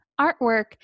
artwork